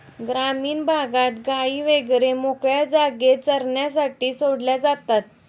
ग्रामीण भागात गायी वगैरे मोकळ्या जागेत चरण्यासाठी सोडल्या जातात